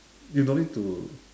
you don't need to